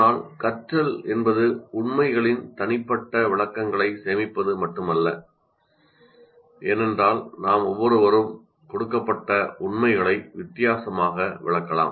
ஆனால் கற்றல் என்பது உண்மைகளின் தனிப்பட்ட விளக்கங்களை சேமிப்பது மட்டுமல்ல ஏனென்றால் நாம் ஒவ்வொருவரும் கொடுக்கப்பட்ட உண்மையை வித்தியாசமாக விளக்கலாம்